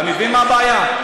אתה מבין מה הבעיה?